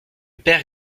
père